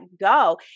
go